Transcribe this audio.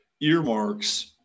earmarks